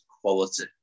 Quality